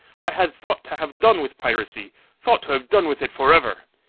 i had thought to have done with piracy thought to have done with it for ever.